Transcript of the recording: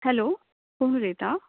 hello कोण उलयता